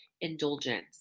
indulgence